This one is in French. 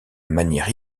manière